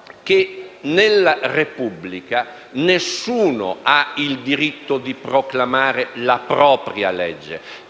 - che nella Repubblica nessuno ha il diritto di proclamare la propria legge;